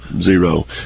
zero